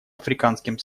африканским